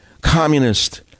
communist